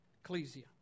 Ecclesia